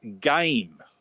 game